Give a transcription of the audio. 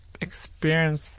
experience